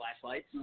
flashlights